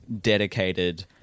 dedicated